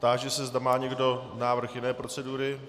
Táži se, zda má někdo návrh jiné procedury.